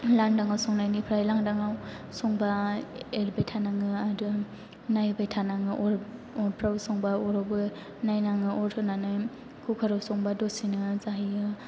लांदांआव संनायनिफ्राय लांदांआव संबा एरबाय थानाङो आरो नायबाय थानाङो अरफोराव संबा अरावबो नायनाङो अर होनानै कुकार आव संबा दसेनो जाहैयो